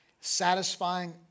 satisfying